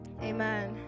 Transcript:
Amen